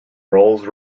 rolls